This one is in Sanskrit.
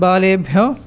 बालेभ्यः